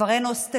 כבר אין הוסטלים.